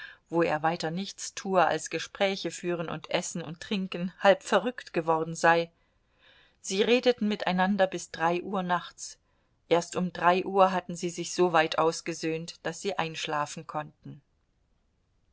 wo er weiter nichts tue als gespräche führen und essen und trinken halb verrückt geworden sei sie redeten miteinander bis drei uhr nachts erst um drei uhr hatten sie sich so weit ausgesöhnt daß sie einschlafen konnten